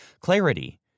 Clarity